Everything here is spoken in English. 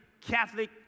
Catholic